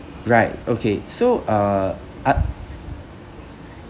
right okay so uh uh